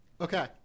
okay